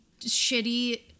shitty